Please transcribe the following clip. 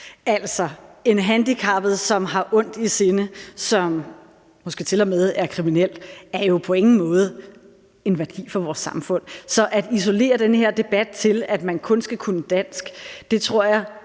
Nej. En handicappet, som har ondt i sinde, og som måske til og med er kriminel, er jo på ingen måde en værdi for vores samfund. Så at isolere den her debat til, at man kun skal kunne dansk, tror jeg